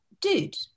dude